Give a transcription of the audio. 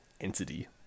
entity